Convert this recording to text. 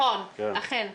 נכון, אכן,